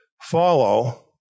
follow